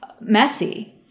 messy